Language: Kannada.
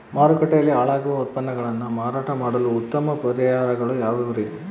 ಮಾರುಕಟ್ಟೆಯಲ್ಲಿ ಹಾಳಾಗುವ ಉತ್ಪನ್ನಗಳನ್ನ ಮಾರಾಟ ಮಾಡಲು ಉತ್ತಮ ಪರಿಹಾರಗಳು ಯಾವ್ಯಾವುರಿ?